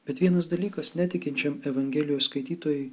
bet vienas dalykas netikinčiam evangelijos skaitytojui